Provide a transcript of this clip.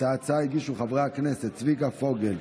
את ההצעה הגישו חברי הכנסת צביקה פוגל,